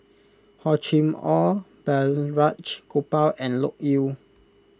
Hor Chim or Balraj Gopal and Loke Yew